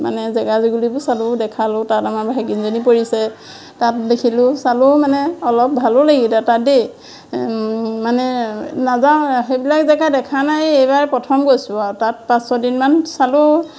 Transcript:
মানে জেগা জুগলিবোৰ চালোঁ দেখালোঁ তাত আমাৰ ভাগিনজনী পৰিছে তাত দেখিলোঁ চালো মানে অলপ ভালো লাগিলে তাত দেই মানে নাযাওঁ সেইবিলাক জেগা দেখা নাই এইবাৰ প্ৰথম গৈছোঁ আৰু তাত পাঁচ ছদিনমান চালোঁ